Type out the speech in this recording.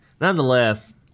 Nonetheless